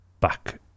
back